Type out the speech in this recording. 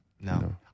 No